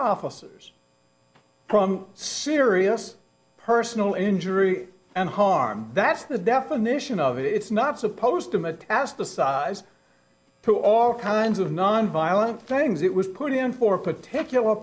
officers from serious personal injury and harm that's the definition of it's not supposed to metastasize to all kinds of nonviolent things it was put in for a particular